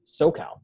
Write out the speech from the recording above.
SoCal